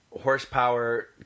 horsepower